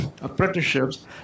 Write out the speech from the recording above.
apprenticeships